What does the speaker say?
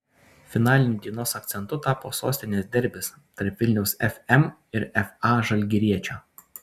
finaliniu dienos akcentu tapo sostinės derbis tarp vilniaus fm ir fa žalgiriečio